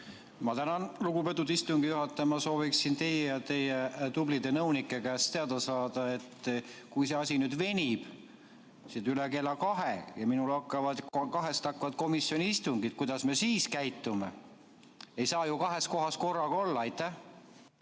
Ma tänan, lugupeetud istungi juhataja! Ma sooviksin teie ja teie tublide nõunike käest teada saada, et kui see asi nüüd venib üle kella kahe, siis minul hakkavad kahest komisjoni istungid ja kuidas me siis käitume. Ei saa ju kahes kohas korraga olla. Nii